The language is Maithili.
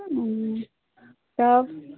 हूँ तब